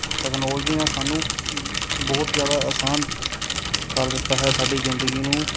technology ਨੇ ਸਾਨੂੰ ਬਹੁਤ ਜ਼ਿਆਦਾ ਅਸਾਨ ਕਰ ਦਿੱਤਾ ਹੈ ਸਾਡੀ ਜ਼ਿੰਦਗੀ ਨੂੰ